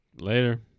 Later